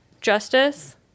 justice